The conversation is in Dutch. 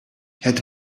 het